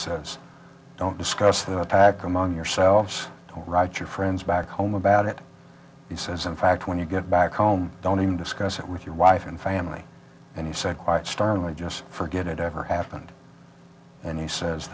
says don't discuss the attack among yourselves all right your friends back home about it he says in fact when you get back home don't even discuss it with your wife and family and he said quite sternly just forget it ever happened and he says